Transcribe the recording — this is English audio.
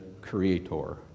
creator